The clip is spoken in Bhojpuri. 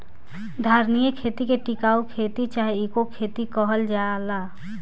धारणीय खेती के टिकाऊ खेती चाहे इको खेती कहल जाला